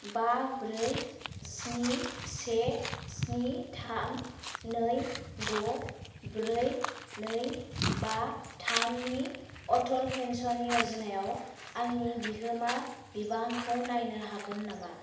बा ब्रै स्नि से स्नि थाम नै द' ब्रै नै बा थामनि अटल पेन्सन य'जनायाव आंनि बिहोमा बिबांखौ नायनो हागोन नामा